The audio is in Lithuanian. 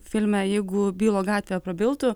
filme jeigu bylo gatvė prabiltų